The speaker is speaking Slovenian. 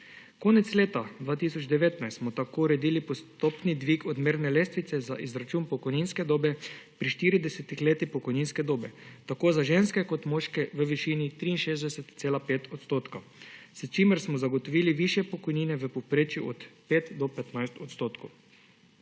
Konec leta 2019 smo tako uredili postopni dvig odmerne lestvice za izračun pokojninske dobe pri 40 letih pokojninske dobe tako za ženske kot moške v višini 63,5 %, s čimer smo zagotovili višje pokojnine, v povprečju za od 5 % do 15 %.